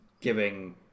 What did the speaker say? giving